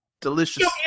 delicious